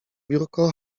biurko